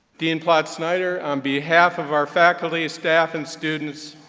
dean ploutz-snyder, on behalf of our faculty, staff, and students,